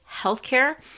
healthcare